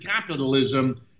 capitalism